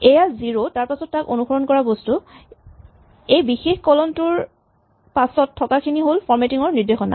এয়া জিৰ' তাৰপাছত তাক অনুসৰণ কৰা বস্তু এই বিশেষ কলন টোৰ পাছত থকাখিনি হ'ল ফৰমেটিং ৰ নিৰ্দেশনা